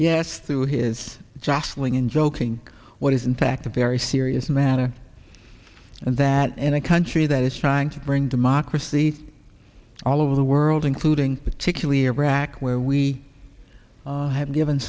yes through his jostling in joking what is in fact a very serious matter and that in a country that is trying to bring democracy all over the world including particular iraq where we have given